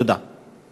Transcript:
תודה.